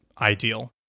ideal